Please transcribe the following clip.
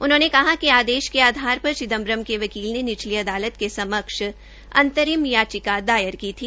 उन्होंने कहा कि आदेशों के आधार पर चिदम्बरम ने वकील ने निचली अदालत के समक्ष अंतरिम याचिका दायर की थी